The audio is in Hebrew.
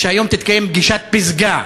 שהיום תתקיים פגישת פסגה